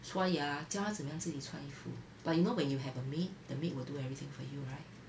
刷牙教她怎样自己穿衣服 but you know when you have a maid the maid will do everything for you [right]